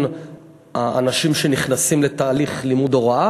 של האנשים שנכנסים לתהליך לימוד הוראה